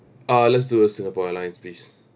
ah let's do a singapore airlines please